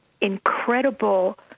incredible